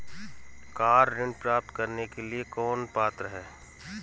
Car ऋण प्राप्त करने के लिए कौन पात्र है?